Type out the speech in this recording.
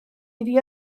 iddi